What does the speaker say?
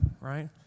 right